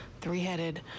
three-headed